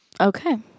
Okay